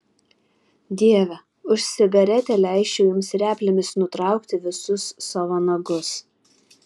dieve už cigaretę leisčiau jums replėmis nutraukti visus savo nagus